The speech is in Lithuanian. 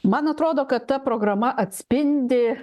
man atrodo kad ta programa atspindi